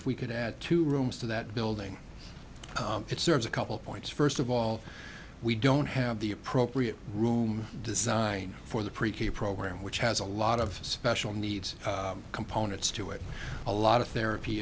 if we could add two rooms to that building it serves a couple points first of all we don't have the appropriate room design for the pre k program which has a lot of special needs components to it a lot of therapy